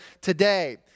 today